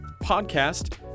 podcast